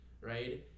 right